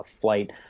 flight